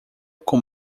com